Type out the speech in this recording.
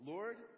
Lord